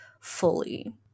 fully